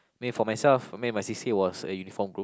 mean for myself I mean my c_c_a was a uniform group